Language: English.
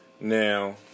Now